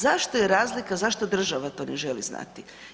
Zašto je razlika, zašto država to ne želi znati?